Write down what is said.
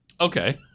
Okay